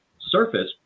surface